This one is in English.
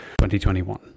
2021